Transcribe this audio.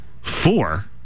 four